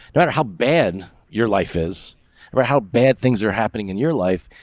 no matter how bad your life is or how bad things were happening in your life.